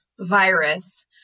virus